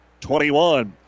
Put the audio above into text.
21